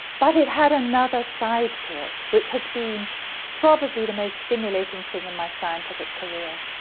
but it had another side to it which has been probably the most stimulating thing in my scientific career.